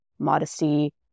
modesty